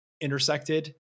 intersected